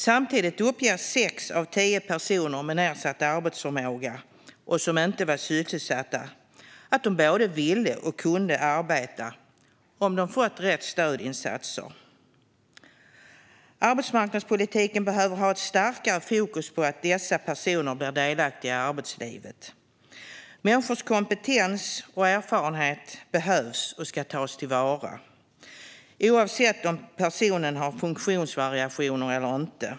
Samtidigt uppgav sex av tio personer med nedsatt arbetsförmåga som inte var sysselsatta att de både ville och hade kunnat arbeta om de fått rätt stödinsatser. Arbetsmarknadspolitiken behöver ha ett starkare fokus på att dessa personer blir delaktiga i arbetslivet. Människors kompetens och erfarenheter behövs och ska tas till vara, oavsett om personen har funktionsvariationer eller inte.